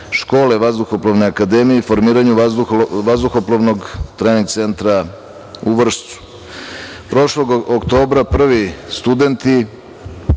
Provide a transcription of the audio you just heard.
škole vazduhoplovne akademije i formiranju vazduhoplovnog Trening centra u Vršcu. Prošlog oktobra prvi studenti